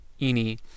Eni